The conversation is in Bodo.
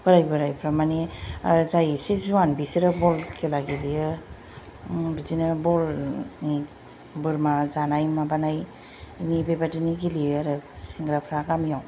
बोराइ बोराइफ्रा मानि जाय एसे जुवान बिसोरो ब'ल खेला गेलेयो बिदिनो ब'लनि बोरमा जानाय माबानाय मानि बेबायदिनो गेलेयो आरो सेंग्राफ्रा गामिआव